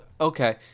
Okay